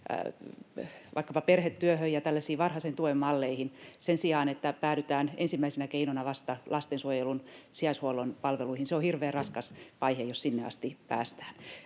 vaikkapa perhetyöhön ja tällaisiin varhaisen tuen malleihin sen sijaan, että päädytään ensimmäisenä keinona vasta lastensuojelun sijaishuollon palveluihin. Se on hirveän raskas vaihe, jos sinne asti päästään.